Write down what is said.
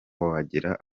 wagera